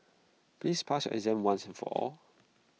please pass your exam once and for all